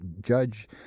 judge